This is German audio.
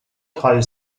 drei